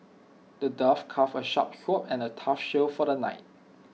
the dwarf crafted A sharp sword and A tough shield for the knight